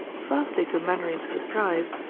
vastly to mainwaring's surprise,